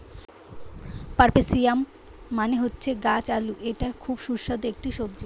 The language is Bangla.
পার্পেলিয়াম মানে হচ্ছে গাছ আলু এটা খুব সুস্বাদু একটা সবজি